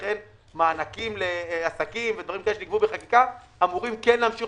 לכן מענקים לעסקים ודברים כאלה שנקבעו בחקיקה אמורים כן להמשיך